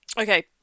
Okay